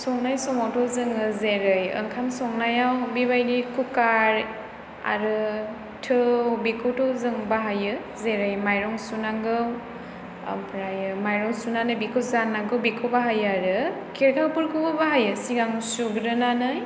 संनायाव समावथ' जोङो जेरै ओंखाम संनायाव बिबायदि कुकार आरो थौ बेखौथ' जों बाहायो जेरै मायरं सुनांगौ ओमफ्रायो मायरं सुनानै बेखौ जाननायखौ बेखौ बाहायो आरो खेरखाफोरखौबो बाहायो सिगां सुग्रोनानै